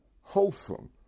wholesome